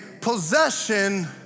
Possession